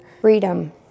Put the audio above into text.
Freedom